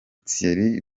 thierry